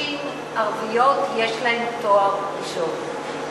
כמה נשים יש להן תואר ראשון?